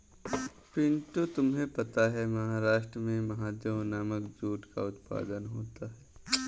पिंटू तुम्हें पता है महाराष्ट्र में महादेव नामक जूट का उत्पादन होता है